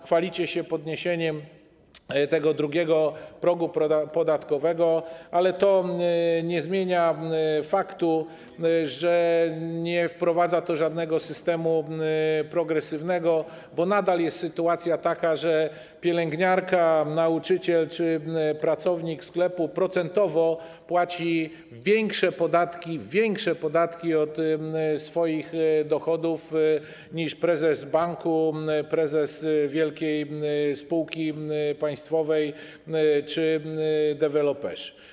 Chwalicie się podniesieniem drugiego progu podatkowego, ale to nie zmienia faktu, że nie wprowadza to żadnego systemu progresywnego, bo nadal jest sytuacja taka, że pielęgniarka, nauczyciel czy pracownik sklepu procentowo płacą większe podatki od swoich dochodów niż prezes banku, prezes wielkiej spółki państwowej czy deweloperzy.